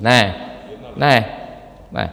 Ne, ne, ne.